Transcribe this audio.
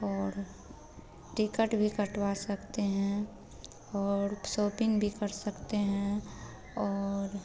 और टिकट भी कटवा सकते हैं और शॉपिन्ग भी कर सकते हैं और